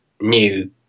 new